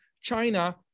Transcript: China